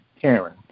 Karen